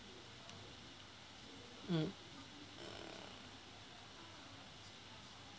mm